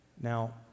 Now